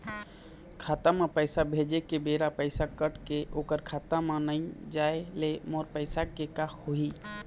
खाता म पैसा भेजे के बेरा पैसा कट के ओकर खाता म नई जाय ले मोर पैसा के का होही?